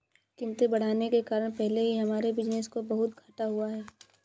कीमतें बढ़ने के कारण पहले ही हमारे बिज़नेस को बहुत घाटा हुआ है